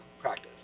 practice